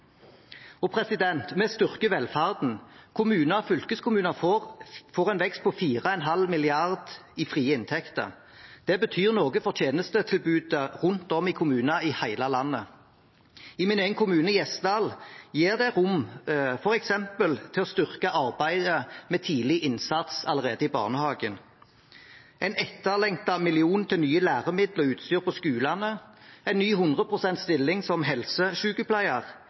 velferden. Kommuner og fylkeskommuner får en vekst på 4,5 mrd. kr i frie inntekter. Det betyr noe for tjenestetilbudet rundt om i kommuner i hele landet. I min egen kommune, Gjesdal, gir det rom til f.eks. å styrke arbeidet med tidlig innsats allerede i barnehagen, en etterlengtet million til nye læremidler og utstyr på skolene, en ny hundreprosentstilling som